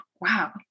wow